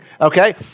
okay